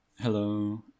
Hello